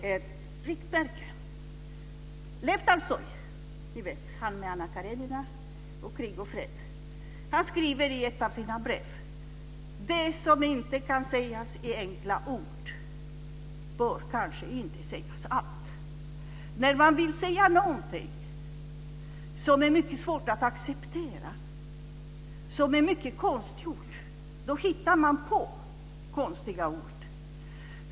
Leo Tolstoj - ni vet han med Anna Karenina och Krig och fred - skriver i ett av sina brev: Det som inte kan sägas i enkla ord bör kanske inte sägas alls. När man vill säga någonting som är mycket svårt att acceptera, som är mycket konstgjort, då hittar man på konstiga ord.